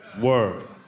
Word